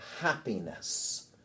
happiness